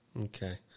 Okay